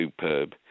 superb